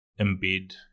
embed